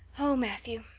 oh, matthew,